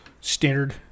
standard